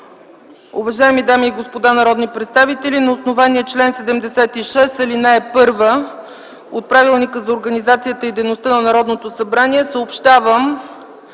Уважаеми дами и господа народни представители, на основание чл. 76, ал. 1 от Правилника за организацията и дейността на Народното събрание съобщавам,